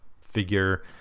figure